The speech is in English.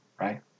right